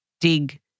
dig